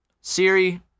Siri